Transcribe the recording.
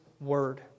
word